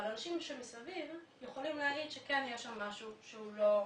אבל אנשים שמסביב יכולים להעיד שיש משהו לא כשורה.